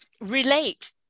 relate